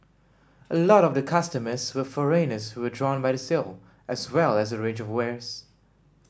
a lot of the customers were foreigners who were drawn by the sale as well as the range of wares